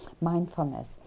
mindfulness